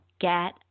get